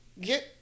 Get